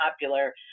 popular